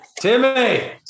timmy